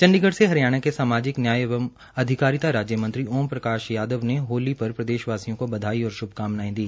चंडीगढ़ से हरियाणा के सामाजिक न्याय एवं अधिकारिता राज्य मंत्री ओम प्रकाश यादव ने होली पर प्रदेशवासियों को बधाई और श्भकामनायें दी